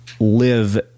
Live